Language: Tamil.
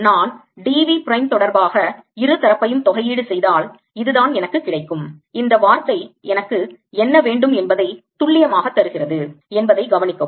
நான் d v பிரைம் தொடர்பாக இரு தரப்பையும் தொகையீடு செய்தால் இதுதான் எனக்கு கிடைக்கும் இந்த வார்த்தை எனக்கு என்ன வேண்டும் என்பதை துல்லியமாக தருகிறது என்பதை கவனிக்கவும்